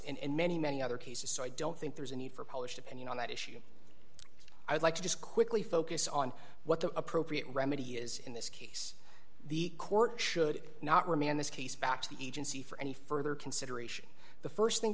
and many many other cases so i don't think there's a need for polish opinion on that issue i would like to just quickly focus on what the appropriate remedy is in this case the court should not remand this case back to the agency for any further consideration the st thing